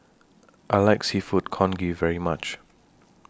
I like Seafood Congee very much